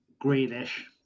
Greenish